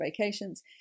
vacations